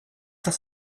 das